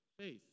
faith